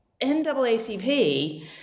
naacp